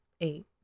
eight